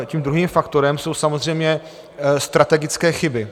Tím druhým faktorem jsou samozřejmě strategické chyby.